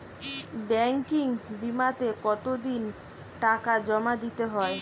Banking বিমাতে কত দিন টাকা জমা দিতে হয়?